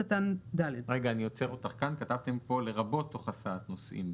קטן (ד): כתבתם כאן לרבות תוך הסעת נוסעים.